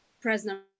President